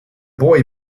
boy